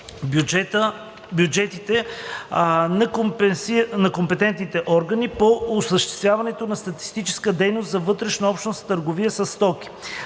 бюджетите на компетентните органи по осъществяването на статистическа дейност за вътреобщностната търговия със стоки.